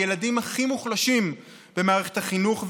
הילדים הכי מוחלשים במערכת החינוך,